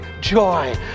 joy